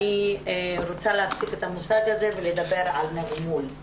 אני רוצה להפסיק את המושג הזה ולדבר על נרמול.